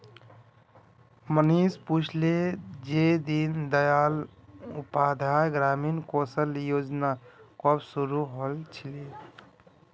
मनीष पूछले जे दीन दयाल उपाध्याय ग्रामीण कौशल योजना कब शुरू हल छिले